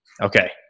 Okay